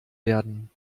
werden